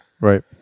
Right